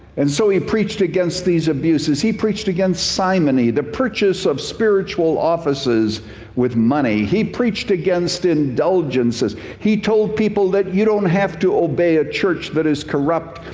and so he preached against these abuses. he preached against simony, the purchase of spiritual offices with money. he preached against indulgences. he told people that you don't have to obey a church that is corrupt,